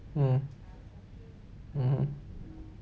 mm mmhmm